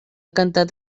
cantat